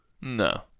No